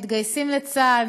מתגייסים לצה"ל,